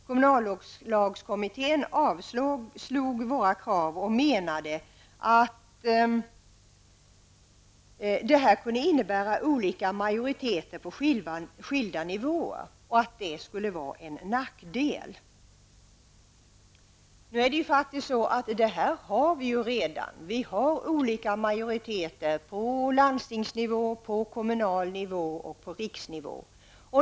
Kommunallagskommittén avstyrkte våra krav och menade att detta kunde innebära olika majoriteter på skilda nivåer och att det skulle vara en nackdel. Men vi har redan olika majoriteter på landstingsnivå, på kommunal nivå och på riksnivå.